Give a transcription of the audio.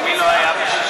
2 לא נתקבלו.